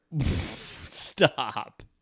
Stop